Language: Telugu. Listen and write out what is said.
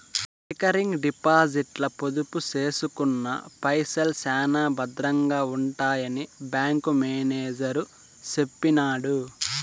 రికరింగ్ డిపాజిట్ల పొదుపు సేసుకున్న పైసల్ శానా బద్రంగా ఉంటాయని బ్యాంకు మేనేజరు సెప్పినాడు